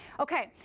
ok.